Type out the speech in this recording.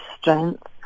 strength